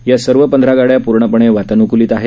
या सर्व पंधरा गाड्या पूर्णपणे वातानुकूलित आहेत